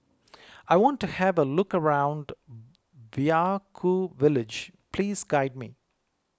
I want to have a look around Vaiaku Village please guide me